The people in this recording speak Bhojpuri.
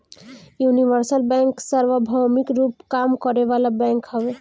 यूनिवर्सल बैंक सार्वभौमिक रूप में काम करे वाला बैंक हवे